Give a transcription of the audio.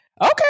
Okay